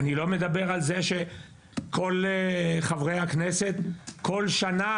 אני לא מדבר על זה שכל חברי הכנסת כל שנה